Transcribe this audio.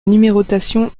numérotation